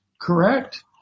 Correct